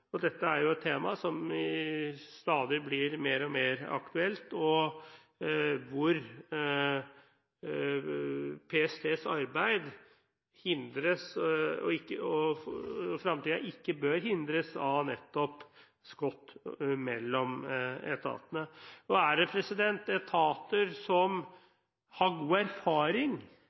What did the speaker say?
Dette er jo et tema som stadig blir mer og mer aktuelt, og hvor PSTs arbeid hindres, men for fremtiden ikke bør hindres av nettopp skott mellom etatene. Og er det etater som har god erfaring